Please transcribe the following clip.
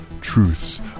truths